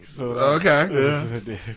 Okay